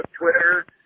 Twitter